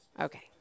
Okay